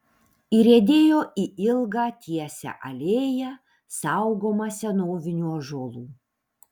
įriedėjo į ilgą tiesią alėją saugomą senovinių ąžuolų